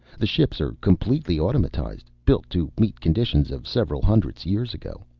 the ships are completely automatized, built to meet conditions of several hundreds years ago.